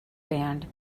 band